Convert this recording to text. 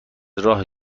راه